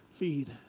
lead